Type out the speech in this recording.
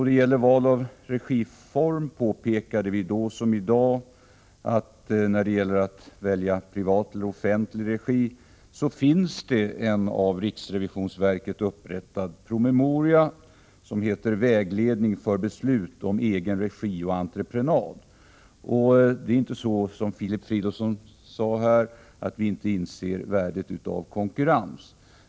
Beträffande val av regiform påpekade vi då som i dag att när det gäller att välja privat eller offentlig regi finns det en av riksrevisionsverket upprättad promemoria, kallad Vägledning för beslut om egen regi och entreprenad. Det är inte så, som Filip Fridolfsson påstod, att vi socialdemokrater inte inser värdet av konkurrens.